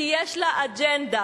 כי יש לה אג'נדה.